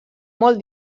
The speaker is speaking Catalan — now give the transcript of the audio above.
molt